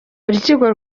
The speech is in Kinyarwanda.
urukiko